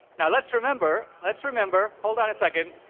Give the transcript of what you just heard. now, let's remember let's remember hold on a second.